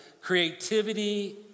creativity